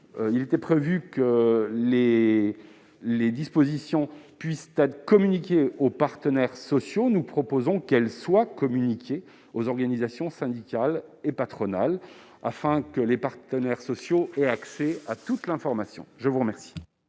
Il était prévu que les dispositions puissent être communiquées aux partenaires sociaux ; nous proposons qu'elles soient communiquées aux organisations syndicales et patronales afin que celles-ci aient accès à toute l'information. Quel